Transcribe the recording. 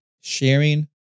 sharing